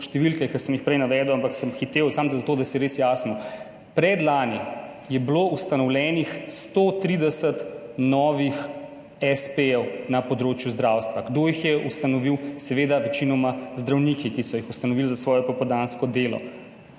številke, ki sem jih prej navedel, ampak sem hitel, samo zato, da bo res jasno. Predlani je bilo ustanovljenih 130 novih espejev na področju zdravstva. Kdo jih je ustanovil? Seveda, večinoma zdravniki, ki so jih ustanovili za svoje popoldansko delo.